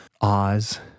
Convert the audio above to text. Oz